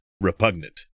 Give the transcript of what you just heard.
repugnant